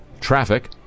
traffic